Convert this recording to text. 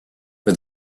for